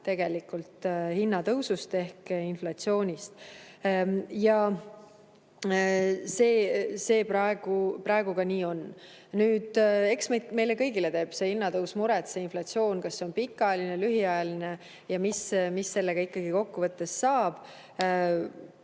tegelikult hinnatõusust ehk inflatsioonist üle. See praegu ka nii on. Eks meile kõigile teeb muret see hinnatõus, see inflatsioon, et kas see on pikaajaline või lühiajaline ja mis sellega ikkagi kokkuvõttes saab.